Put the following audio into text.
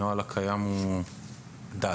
הנוהל הקיים הוא דל.